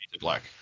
black